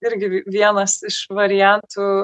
irgi vienas iš variantų